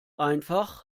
einfach